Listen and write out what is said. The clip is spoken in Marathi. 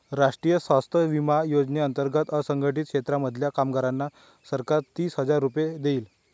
राष्ट्रीय स्वास्थ्य विमा योजने अंतर्गत असंघटित क्षेत्रांमधल्या कामगारांना सरकार तीस हजार रुपये देईल